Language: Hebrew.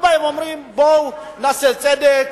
אנחנו אומרים: בואו נעשה צדק,